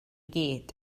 gyd